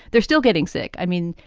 they're still getting sick. i mean,